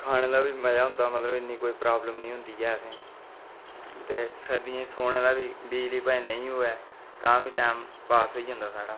खाने दा बी मज़ा होंदा मतलब इन्नी कोई परॉबलम निं होंदी ऐ असेंगी ते सर्दियें च सोने दा बी बिजली भाएं नेईं होऐ तां बी टैम पास होई जंदा साढ़ा